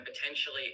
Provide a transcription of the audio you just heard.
potentially